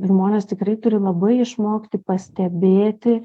žmonės tikrai turi labai išmokti pastebėti